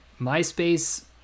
myspace